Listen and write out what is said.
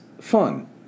fun